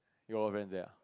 you all rent there ah